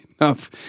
enough